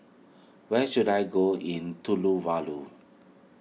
where should I go in